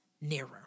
nearer